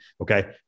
Okay